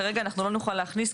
כרגע אנחנו לא נוכל להכניס,